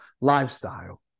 lifestyle